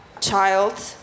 child